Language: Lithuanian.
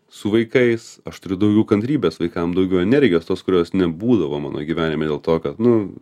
su vaikais aš turiu daugiau kantrybės vaikam daugiau energijos tos kurios nebūdavo mano gyvenime dėl to kad nu